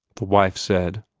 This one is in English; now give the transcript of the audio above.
the wife said,